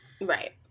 Right